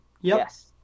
Yes